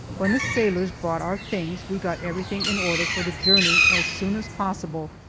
when the sailors brought our things, we got everything in order for the journey as soon as possible,